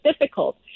difficult